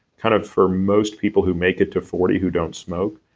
kind of for most people who make it to forty who don't smoke,